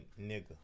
nigga